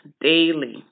daily